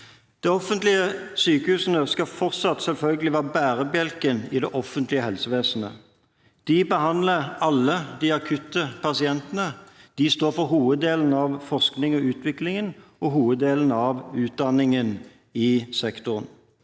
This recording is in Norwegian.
De offentlige sykehusene skal selvfølgelig fortsatt være bærebjelken i det offentlige helsevesen. De behandler alle de akutte pasientene, de står for hoveddelen av forskningen og utviklingen og hoveddelen av utdanningen i sektoren.